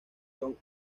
john